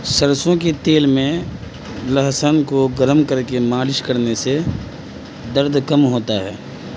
سرسوں کے تیل میں لہسن کو گرم کر کے مالش کرنے سے درد کم ہوتا ہے